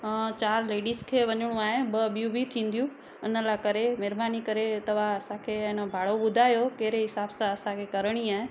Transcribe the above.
चारि लेडिस खे वञिणो आहे ॿ ॿियूं बि थींदियूं हिन लाइ करे महिरबानी करे तव्हां असांखे अएन भाड़ो ॿुधायो कहिड़े हिसाबु सां असांखे करिणी आहे